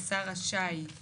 אני באתי עכשיו